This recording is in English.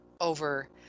over